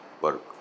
work